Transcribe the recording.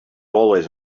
always